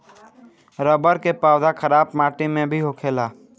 रबड़ के पौधा खराब माटी में भी होखेला